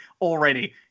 already